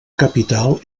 capital